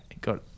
got